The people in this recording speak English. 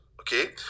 Okay